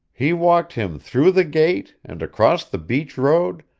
he walked him through the gate, and across the beach road,